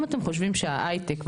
אם אתם חושבים שההייטק,